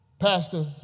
Pastor